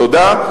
תודה.